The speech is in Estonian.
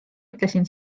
ütlesin